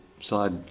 side